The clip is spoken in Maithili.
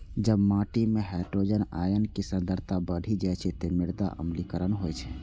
जब माटि मे हाइड्रोजन आयन के सांद्रता बढ़ि जाइ छै, ते मृदा अम्लीकरण होइ छै